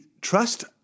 trust